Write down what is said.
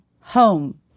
home